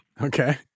Okay